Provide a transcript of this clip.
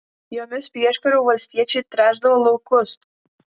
jomis prieškariu valstiečiai tręšdavo laukus